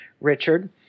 Richard